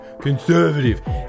conservative